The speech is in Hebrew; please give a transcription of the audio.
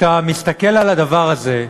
כשאתה מסתכל על הדבר הזה,